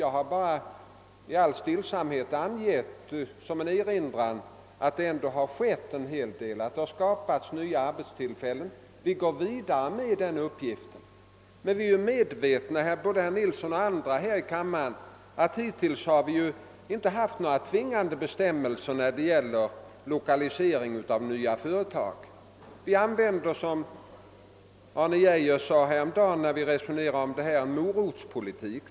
Jag har bara i all stillsamhet angett som en erinran att det ändå har skett en hel del, att det har skapats nya arbetstillfällen. Vi fullföljer den uppgiften. Men vi är medvetna om att vi hittills inte har haft några tvingande bestämmelser i fråga om lokalisering av nya företag. Vi använder, som Arne Geijer sade häromdagen när vi resonerade om detta, morotspolitik.